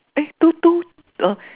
eh two two uh